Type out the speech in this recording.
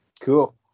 cool